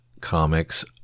comics